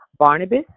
Barnabas